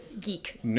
Geek